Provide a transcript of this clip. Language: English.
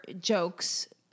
jokes